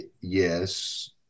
yes